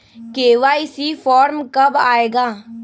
KYC form कब आए गा?